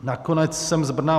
Nakonec jsem z Brna.